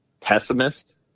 pessimist